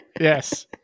Yes